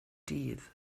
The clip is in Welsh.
dydd